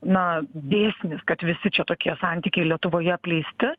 na dėsnis kad visi čia tokie santykiai lietuvoje apleisti